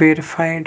verified